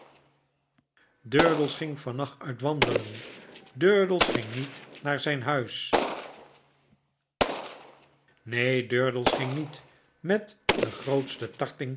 ging van nacht uit wandelen durdels ging niet naar zijn huis neen durdels ging niet met de grootste